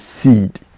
seed